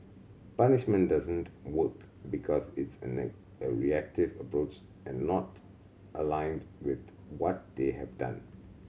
punishment doesn't work because it's a a reactive approach and not aligned with what they have done